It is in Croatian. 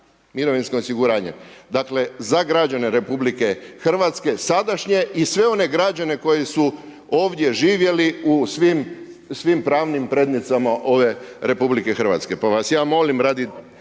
mirovinskim osiguranjem. Dakle, za građane Republike Hrvatske sadašnje i sve one građane koji su ovdje živjeli u svim, svim pravnim prednjicama ove Republike Hrvatske, pa vas ja molim radi